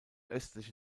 östliche